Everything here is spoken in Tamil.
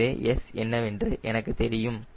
எனவே S என்னவென்று எனக்கு தெரியும்